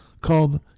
called